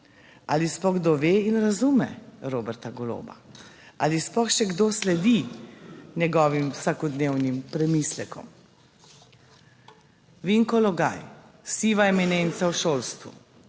Ali sploh kdo ve in razume Roberta Goloba? Ali sploh še kdo sledi njegovim vsakodnevnim premislekom? Vinko Logaj, siva eminenca v šolstvu.